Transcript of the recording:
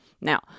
Now